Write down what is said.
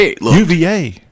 UVA